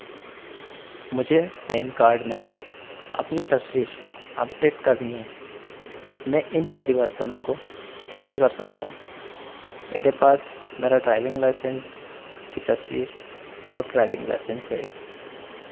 मुझे PAN card में अपनी तस्वीर अपडेट करनी है मैं इन परिवर्तनों को कैसे कर सकता हूँ मेरे पास मेरा ड्राइविंग लाइसेंस की तस्वीर और ड्राइविंग लाइसेंस है